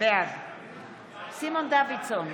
בעד סימון דוידסון,